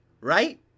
right